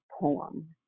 poem